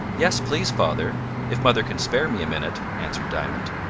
yes, please, father if mother can spare me a minute, answered diamond.